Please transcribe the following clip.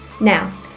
now